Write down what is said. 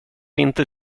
inte